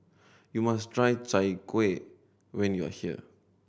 you must try Chai Kueh when you are here